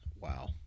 Wow